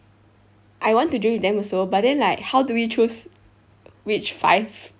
I want to drink with them also but then like how do we choose which five